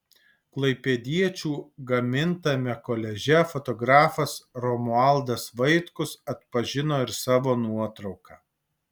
klaipėdiečių gamintame koliaže fotografas romualdas vaitkus atpažino ir savo nuotrauką